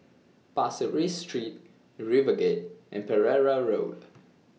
Pasir Ris Street RiverGate and Pereira Road